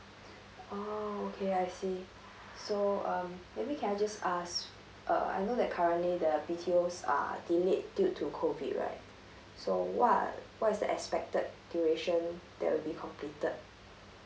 oh okay I see so um maybe can I just ask uh I know that currently the B_T_Os are delayed due to COVID right so what are what is the expected duration that will be completed